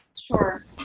Sure